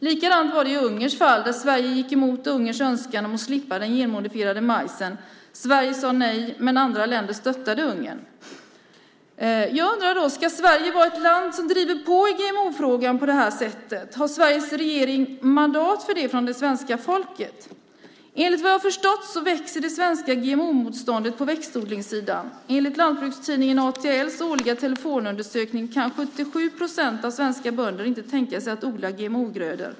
Likadant var det i Ungerns fall där Sverige gick emot Ungerns önskan att slippa den genmodifierade majsen. Sveriges sade nej, men andra länder stöttade Ungern. Jag undrar om Sverige ska vara ett land som driver på i GMO-frågan på det här sättet. Har Sveriges regering mandat för det från det svenska folket? Enligt vad jag har förstått växer det svenska GMO-motståndet på växtodlingssidan. Enligt lantbrukstidningen ATL:s årliga telefonundersökning kan 77 procent av de svenska bönderna inte tänka sig att odla GMO-grödor.